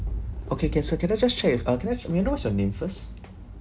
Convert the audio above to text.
okay can sir can I just check if uh can I have may I know what's your name first